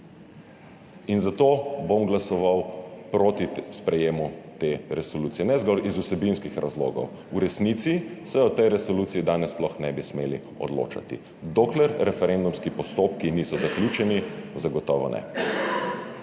Zato bom glasoval proti sprejemu te resolucije, ne zgolj iz vsebinskih razlogov, v resnici se o tej resoluciji danes sploh ne bi smeli odločati, dokler referendumski postopki niso zaključeni, zagotovo ne.